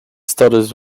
stutters